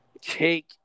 take